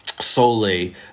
solely